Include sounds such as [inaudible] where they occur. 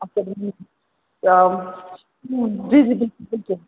[unintelligible] جی جی بِلکُل بِلکُل